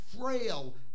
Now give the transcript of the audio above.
frail